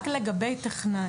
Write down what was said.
זה רק לגבי טכנאי.